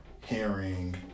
hearing